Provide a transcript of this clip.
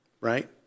Right